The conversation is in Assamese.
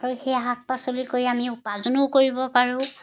আৰু সেই শাক পাচলি কৰি আমি উপাৰ্জনো কৰিব পাৰোঁ